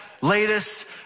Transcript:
latest